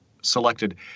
selected